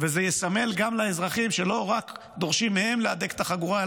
וזה יסמל גם לאזרחים שלא רק דורשים מהם להדק את החגורה,